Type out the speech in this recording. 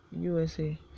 USA